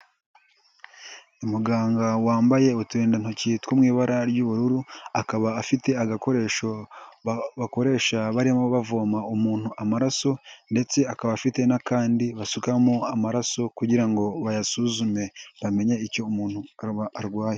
Umuganga wambaye uturindantoki two mu ibara ry'ubururu, akaba afite agakoresho bakoresha barimo bavoma umuntu amaraso ndetse akaba afite n'akandi basukamo amaraso kugira ngo bayasuzume, bamenye icyo umuntu arwaye.